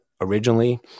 originally